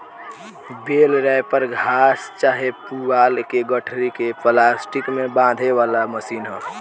बेल wrapper घास चाहे पुआल के गठरी के प्लास्टिक में बांधे वाला मशीन ह